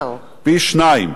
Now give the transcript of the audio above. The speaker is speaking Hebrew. פי-שניים.